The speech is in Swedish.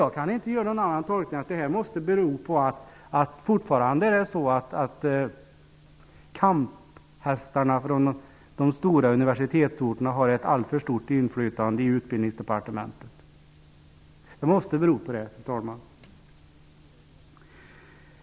Jag kan inte göra någon annan tolkning än att detta måste bero på att kamphästarna från de stora universitetsorterna fortfarande har ett alltför stort inflytande i Utbildningsdepartementet. Det måste bero på det.